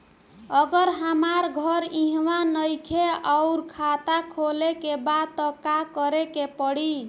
अगर हमार घर इहवा नईखे आउर खाता खोले के बा त का करे के पड़ी?